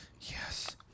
Yes